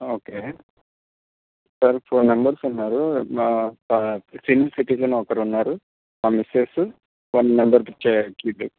okay sir four members ఉన్నారు senior citizen ఒకరున్నారు మా మిసెస్ వన్ మెంబర్ చైల్డ్ చిన్